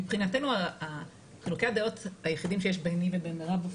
מבחינתנו חילוקי הדעות היחידים שיש ביני ובין מרב,